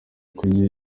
kurya